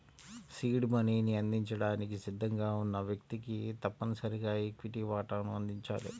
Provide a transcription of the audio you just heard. seed మనీని అందించడానికి సిద్ధంగా ఉన్న వ్యక్తికి తప్పనిసరిగా ఈక్విటీ వాటాను అందించాలి